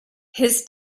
his